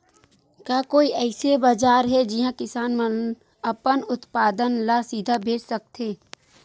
का कोई अइसे बाजार हे जिहां किसान मन अपन उत्पादन ला सीधा बेच सकथे?